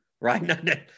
right